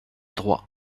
droit